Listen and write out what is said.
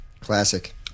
Classic